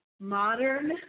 modern